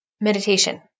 meditation